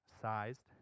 sized